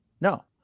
No